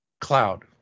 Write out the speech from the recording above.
cloud